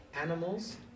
animals